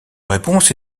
réponse